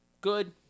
good